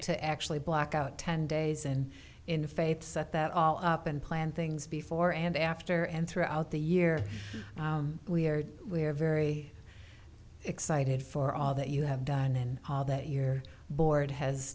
to actually block out ten days and in faith that all up and plan things before and after and throughout the year we are we are very excited for all that you have done and all that your board has